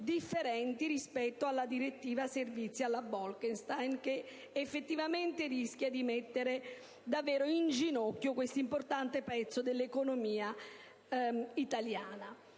previste dalla direttiva servizi (Bolkestein), che effettivamente rischia di mettere in ginocchio questo importante pezzo dell'economia italiana,